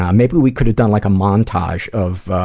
um maybe we could have done like a montage of ah,